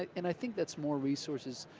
and i think that's more resources